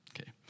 okay